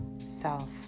self